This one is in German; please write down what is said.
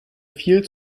viel